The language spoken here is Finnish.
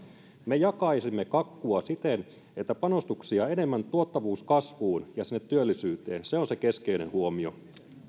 me jakaisimme kakkua siten että panostuksia enemmän tuottavuuskasvuun ja sinne työllisyyteen se on se keskeinen huomio